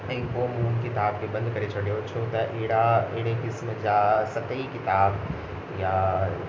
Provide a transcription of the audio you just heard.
ऐं पोइ उहो किताब बि बंदि करे छॾियो छो त अहिड़ा अहिड़े क़िस्म जा सत ई किताब या